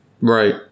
Right